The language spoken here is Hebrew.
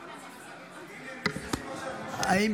הינה, הם נכנסים עכשיו, משה, הם נכנסים.